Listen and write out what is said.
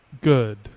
Good